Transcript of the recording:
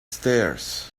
stairs